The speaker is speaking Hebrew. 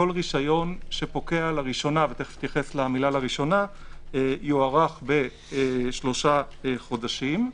כל רשיון שפוקע לראשונה יוארך בשלושה חודשים.